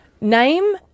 name